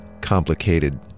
complicated